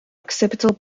occipital